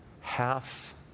half